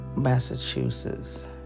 Massachusetts